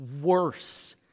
worse